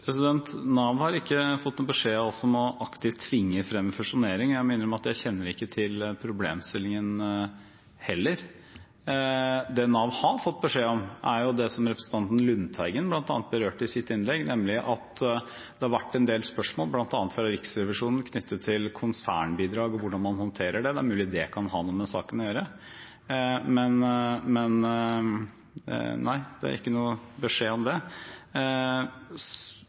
Nav har ikke fått noen beskjed av oss om aktivt å tvinge frem fusjonering. Jeg må innrømme at jeg heller ikke kjenner til problemstillingen. Det Nav har fått beskjed om, er det representanten Lundteigen bl.a. berørte i sitt innlegg, nemlig at det har vært en del spørsmål fra bl.a. Riksrevisjonen knyttet til konsernbidrag og hvordan man håndterer det. Det er mulig det kan ha noe med saken å gjøre. Så nei, det er ingen beskjed om det